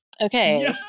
Okay